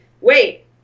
wait